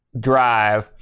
drive